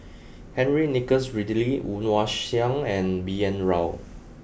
Henry Nicholas Ridley Woon Wah Siang and B N Rao